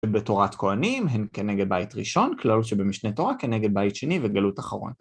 בתורת כהנים הן כנגד בעית ראשון, כלל שבמשנה תורה כנגד בעית שני וגלות אחרון.